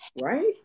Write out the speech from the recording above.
right